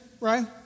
right